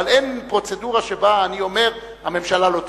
אין פרוצדורה שבה אני אומר: הממשלה לא תשיב.